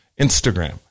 Instagram